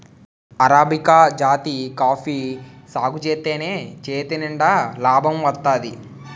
arabica జాతి coffee సాగుజేత్తేనే చేతినిండా నాబం వత్తాది